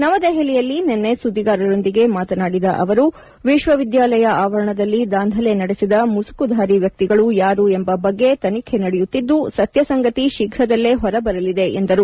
ನವದೆಪಲಿಯಲ್ಲಿ ನಿನ್ನೆ ಸುದ್ದಿಗಾರರೊಂದಿಗೆ ಮಾತನಾಡಿದ ಅವರು ವಿಶ್ವವಿದ್ಯಾಲಯ ಆವರಣದಲ್ಲಿ ದಾಂಧಲೆ ನಡೆಸಿದ ಮುಸುಕುಧಾರಿ ವ್ಯಕ್ತಿಗಳು ಯಾರು ಎಂಬ ಬಗ್ಗೆ ತನಿಖೆ ನಡೆಯುತ್ತಿದ್ದು ಸತ್ಯ ಸಂಗತಿ ಶೀಘ್ರದಲ್ಲೇ ಹೊರಬರಲಿದೆ ಎಂದರು